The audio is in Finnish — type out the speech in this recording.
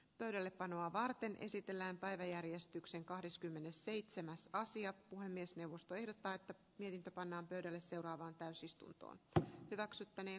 pöydällepanoa varten esitellään päiväjärjestyksen kahdeskymmenesseitsemäs sija puhemiesneuvosto ehdottaa että niitä pannaan pöydälle seuraavaan täysistuntoon ja hyväksyttäneen